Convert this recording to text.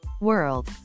world